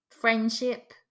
friendship